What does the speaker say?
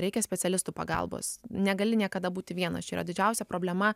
reikia specialistų pagalbos negali niekada būti vienas čia yra didžiausia problema